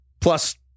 Plus